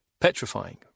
Petrifying